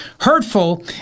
hurtful